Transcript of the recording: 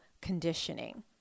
conditioning